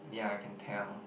ya I can tell